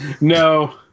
No